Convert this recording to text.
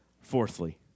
Fourthly